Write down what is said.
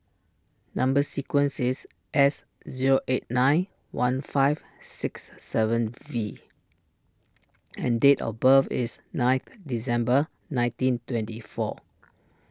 Number Sequence is S zero eight nine one five six seven V and date of birth is ninth December nineteen twenty four